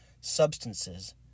substances